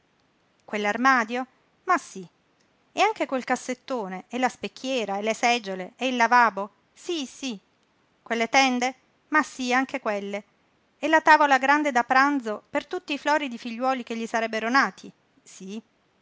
quell'armadio ma sí e anche quel cassettone e la specchiera e le seggiole e il lavabo sí sí quelle tende ma sí anche quelle e la tavola grande da pranzo per tutti i floridi figliuoli che gli sarebbero nati sí